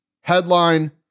Headline